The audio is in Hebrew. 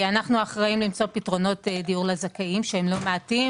אנחנו אחראיים למצוא פתרונות דיור לזכאים שהם לא מעטים